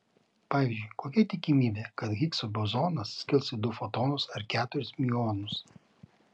pavyzdžiui kokia tikimybė kad higso bozonas skils į du fotonus ar keturis miuonus